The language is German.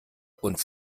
und